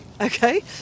Okay